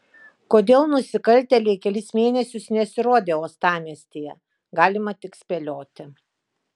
kodėl nusikaltėliai kelis mėnesius nesirodė uostamiestyje galima tik spėlioti